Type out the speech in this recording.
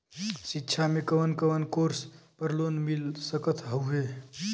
शिक्षा मे कवन कवन कोर्स पर लोन मिल सकत हउवे?